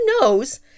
knows